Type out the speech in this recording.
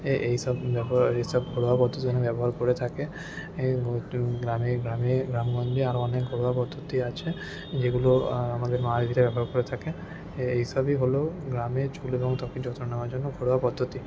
এ এই সব ব্যবহার এই সব ঘরোয়া পদ্ধতি মানে ব্যবহার করে থাকে গ্রামে গ্রামে গ্রাম গঞ্জে আরও অনেক ঘরোয়া পদ্ধতি আছে যেগুলো আমাদের মা দিদিরা ব্যবহার করে থাকে এই সবই হল গ্রামে চুল এবং ত্বকের যত্ন নেওয়ার জন্য ঘরোয়া পদ্ধতি